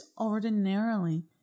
ordinarily